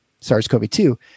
SARS-CoV-2